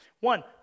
One